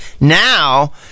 Now